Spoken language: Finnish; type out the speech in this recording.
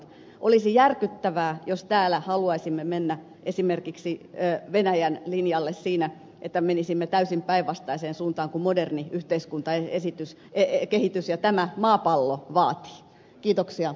olisi järkyttävää jos täällä haluaisimme mennä esimerkiksi venäjän linjalle siinä että menisimme täysin päinvastaiseen suuntaan kuin moderni yhteiskuntakehitys ja tämä maapallo vaativat